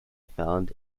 found